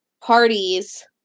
parties